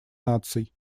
наций